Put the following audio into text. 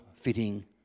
fitting